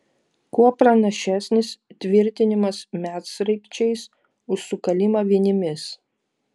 kuo pranašesnis tvirtinimas medsraigčiais už sukalimą vinimis